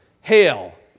hail